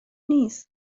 نیست